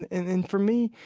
and and for me,